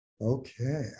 Okay